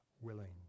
willing